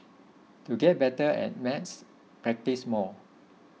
to get better at maths practise more